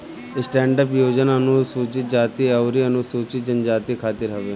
stand up योजना अनुसूचित जाती अउरी अनुसूचित जनजाति खातिर हवे